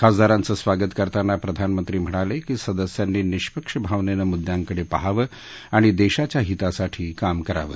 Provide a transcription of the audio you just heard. खासदारांचं स्वागत करताना प्रधानमंत्री म्हणालक्री संदस्यांनी निष्पक्ष भावनमुद्यांकडपाहवं आणि दशीच्या हितासाठी काम करावं